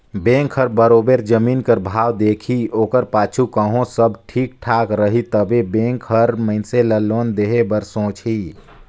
bank हर बरोबेर जमीन कर भाव देखही ओकर पाछू कहों सब ठीक ठाक रही तबे बेंक हर मइनसे ल लोन देहे बर सोंचही